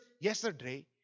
yesterday